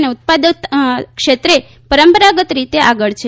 અને ઉત્પાદકતા ક્ષેત્રે પરંપરાગત રીતે આગળ છે